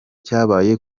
cyabaye